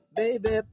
baby